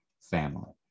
family